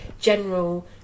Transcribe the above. general